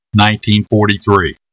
1943